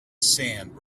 sand